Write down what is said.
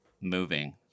moving